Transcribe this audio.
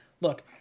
Look